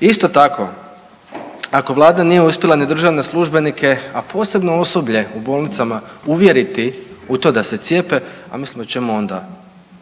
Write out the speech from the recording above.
Isto tako ako vlada nije uspjela ni državne službenike, a posebno osoblje u bolnicama uvjeriti u to da se cijepe, mislim o čemu onda